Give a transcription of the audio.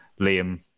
Liam